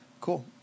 cool